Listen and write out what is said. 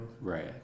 Right